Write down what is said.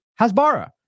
Hasbara